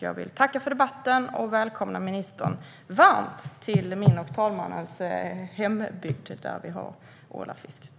Jag tackar för debatten och välkomnar varmt ministern till min och andre vice talmannens hembygd där vi har ålafisket.